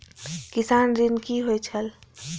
किसान ऋण की होय छल?